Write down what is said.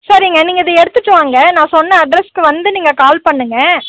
சரிங்க நீங்கள் இதை எடுத்துகிட்டு வாங்க நான் சொன்ன அட்ரஸ்க்கு வந்து நீங்கள் கால் பண்ணுங்கள்